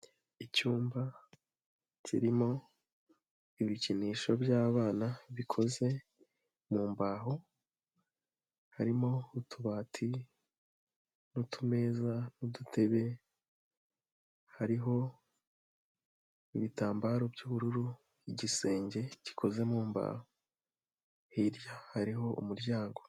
Icyumba kirimo ibikinisho by'abana, bikoze mu mbaho. Harimo utubati n'utumeza n'udutebe, hariho ibitambaro by'ubururu n'igisenge gikoze mu mbaho, hirya hariho umuryango.